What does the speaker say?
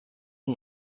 and